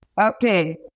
okay